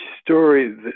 story